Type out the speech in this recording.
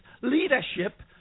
leadership